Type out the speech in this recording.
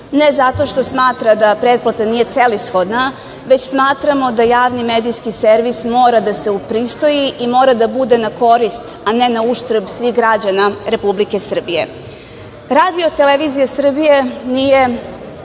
ne zato što smatra da pretplata nije celishodna, već smatramo da Javni medijski servis mora da se upristoji i mora da bude na korist, a ne na uštrb svih građana Republike Srbije. Radio televizija Srbije nije